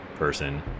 Person